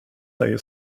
dig